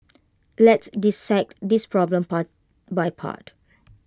let's dissect this problem part by part